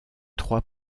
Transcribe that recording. trois